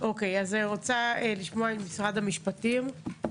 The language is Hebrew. אני רוצה לשמוע את משרד המשפטים.